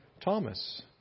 Thomas